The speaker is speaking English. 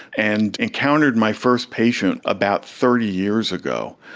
and encountered my first patient about thirty years ago.